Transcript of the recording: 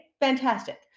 Fantastic